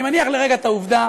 אני מניח לרגע את העובדה